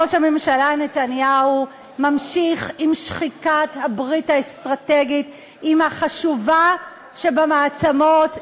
ראש הממשלה נתניהו ממשיך עם שחיקת הברית האסטרטגית עם החשובה שבמעצמות,